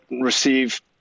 receive